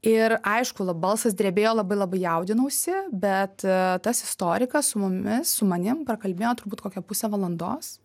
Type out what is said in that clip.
ir aišku balsas drebėjo labai labai jaudinausi bet tas istorikas su mumis su manim prakalbėjo turbūt kokią pusę valandos